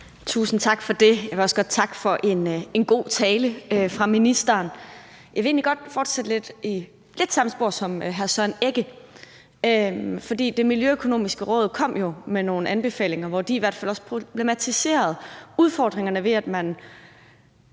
Tusind tak for det. Jeg vil også godt takke for en god tale fra ministeren. Jeg vil egentlig godt fortsætte lidt i samme spor som hr. Søren Egge Rasmussen. For Det Miljøøkonomiske Råd kom jo med nogle anbefalinger, hvor de i hvert fald også problematiserede udfordringerne ved, at man